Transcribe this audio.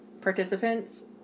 participants